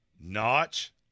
Notch